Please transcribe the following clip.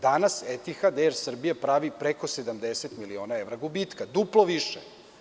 Danas Etihad „Er Srbije“ pravi preko 70 miliona evra gubitka, duplo više.